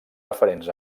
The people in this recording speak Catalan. referents